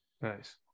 Nice